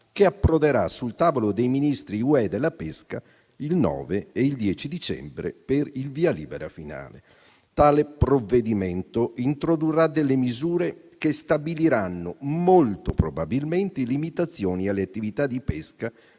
che approderà sul tavolo dei Ministri dell'Unione europea della pesca il 9 e il 10 dicembre per il via libera finale, tale provvedimento introdurrà delle misure che stabiliranno molto probabilmente limitazioni alle attività di pesca